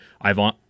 Ivan